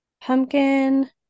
pumpkin